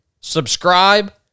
Subscribe